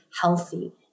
healthy